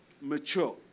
mature